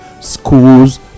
schools